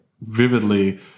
vividly